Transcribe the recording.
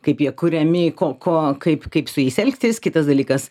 kaip jie kuriami ko ko kaip kaip su jais elgtis kitas dalykas